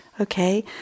okay